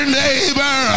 neighbor